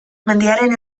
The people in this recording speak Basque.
mendiaren